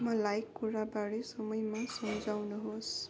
मलाई कुराबारे समयमा सम्झाउनुहोस्